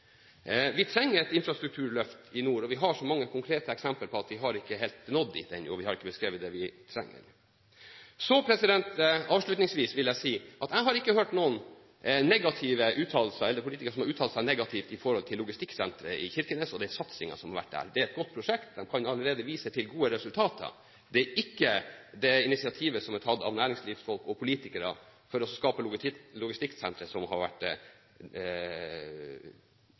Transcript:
Vi trenger et infrastrukturløft i nord – vi har så mange konkrete eksempler på at vi ikke helt har nådd dit ennå, og vi har ikke beskrevet det vi trenger. Så vil jeg avslutningsvis si at jeg har ikke hørt noen politikere som har uttalt seg negativt i forhold til logistikksenteret i Kirkenes og den satsingen som har vært der. Det er et godt prosjekt. De kan allerede vise til gode resultater. Det er ikke det initiativet som er tatt av næringslivsfolk og politikere for å skape logistikksenteret, som har vært